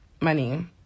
money